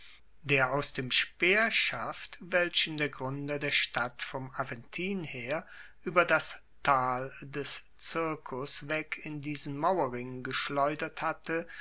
der aus dem speerschaft welchen der gruender der stadt vom aventin her ueber das tal des circus weg in diesen mauerring geschleudert hatte